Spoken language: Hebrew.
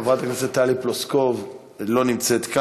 חברת הכנסת טלי פלוסקוב, אינה נוכחת.